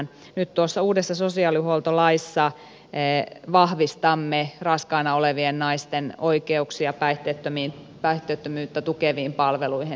nyt tuossa uudessa sosiaalihuoltolaissa vahvistamme raskaana olevien naisten oikeuksia päihteettömyyttä tukeviin palveluihin